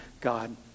God